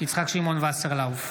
יצחק שמעון וסרלאוף,